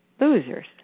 losers